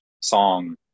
song